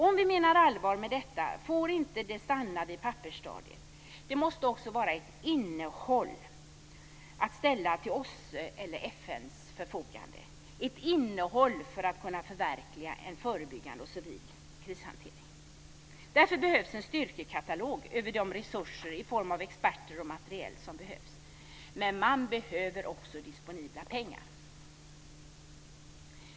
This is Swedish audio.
Om vi menar allvar med detta får det inte stanna på pappersstadiet, utan det måste också vara ett innehåll att ställa till OSSE:s eller FN:s förfogande, ett innehåll för att kunna förverkliga en förebyggande och civil krishantering. Därför behövs en styrkekatalog över de resurser i form av experter och materiel som behövs. Men man behöver också disponibla pengar.